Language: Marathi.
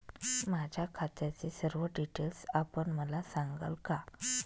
माझ्या खात्याचे सर्व डिटेल्स आपण मला सांगाल का?